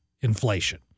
inflation